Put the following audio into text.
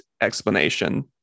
explanation